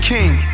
King